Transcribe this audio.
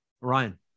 Ryan